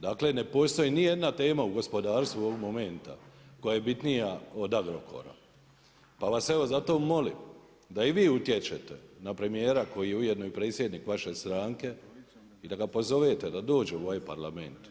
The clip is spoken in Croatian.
Dakle, ne postoji ni jedna tema u gospodarstvo ovog momenta, koja je bitnija od Agrokora, pa vas evo zato molim, da i vi utječete na na premijera koji je ujedno i predsjednik vaše stranke i da ga pozovete da dođe u ovaj Parlament.